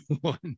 one